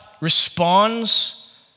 responds